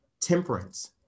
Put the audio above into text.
Temperance